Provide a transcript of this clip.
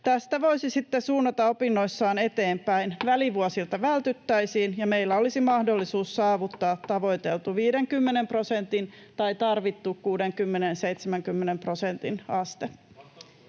Tästä voisi sitten suunnata opinnoissaan eteenpäin. Välivuosilta vältyttäisiin, ja meillä olisi mahdollisuus saavuttaa tavoiteltu 50 prosentin tai tarvittu 60—70 prosentin aste.